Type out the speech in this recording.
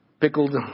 pickled